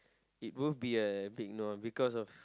it will be a big no because of